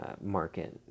market